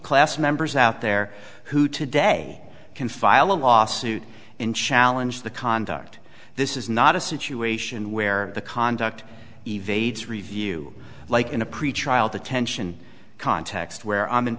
class members out there who today can file a lawsuit and challenge the cause undocked this is not a situation where the conduct evades review like in a pretrial detention context where i'm in